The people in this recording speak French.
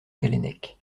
callennec